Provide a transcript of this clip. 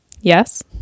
Yes